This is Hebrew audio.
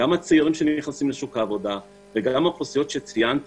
גם את הצעירים שנכנסים לשוק העבודה וגם אוכלוסיות שציינתי,